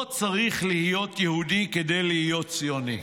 לא צריך להיות יהודי כדי להיות ציוני.